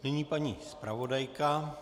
Nyní paní zpravodajka.